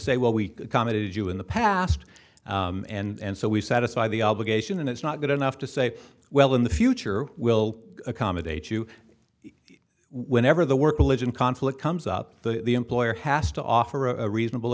say well we accommodated you in the past and so we satisfy the obligation and it's not good enough to say well in the future will accommodate you whenever the work religion conflict comes up the employer has to offer a reasonable